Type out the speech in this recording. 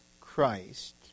Christ